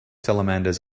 salamanders